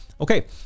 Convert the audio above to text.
Okay